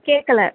கேட்கல